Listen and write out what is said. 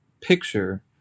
picture